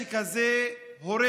הנשק הזה הורג